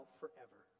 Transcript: forever